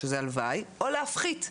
שזה הלוואי, או להפחית.